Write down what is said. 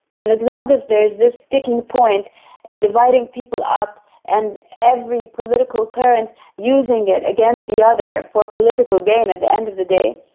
and as long as there is this sticking point ah dividing people up and every political current using it against the other for political gain at the end of the day,